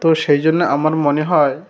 তো সেই জন্যে আমার মনে হয়